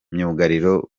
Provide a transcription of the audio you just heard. myugariro